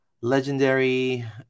legendary